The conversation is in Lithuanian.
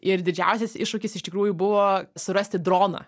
ir didžiausias iššūkis iš tikrųjų buvo surasti droną